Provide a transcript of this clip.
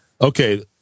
okay